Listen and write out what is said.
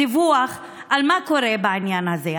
דיווח על מה שקורה בעניין הזה.